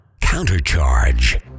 Countercharge